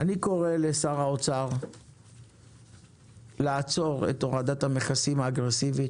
אני קורא לשר האוצר לעצור את הורדת המכסים האגרסיבית,